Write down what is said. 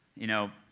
you know,